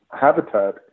habitat